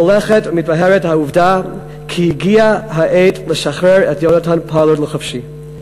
הולכת ומתבהרת העובדה כי הגיעה העת לשחרר את יונתן פולארד לחופשי.